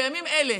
בימים אלה,